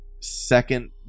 second